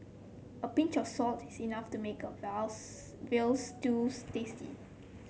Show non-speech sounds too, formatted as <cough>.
a pinch of salt is enough to make a while <unintelligible> veal stew tasty